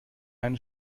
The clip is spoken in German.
einen